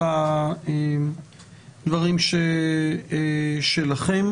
הדברים שלכם.